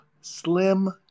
Slim